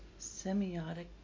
Semiotic